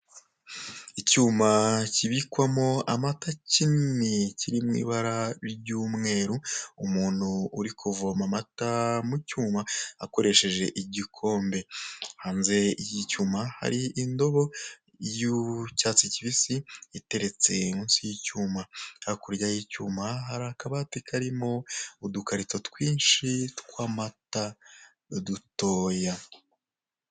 Icyuma kibikwamo amata kinini kiri mu ibara ry'umweru, umuntu uri kuvoma amata mu cyuma akoresheje igikombe, hanze y'icyuma hari indobo y'icyatsi kibisi iteretse munsi y'icyuma, hakurya y'icyuma hari akabati karimo udukarito twinshi tw'amata dutoya.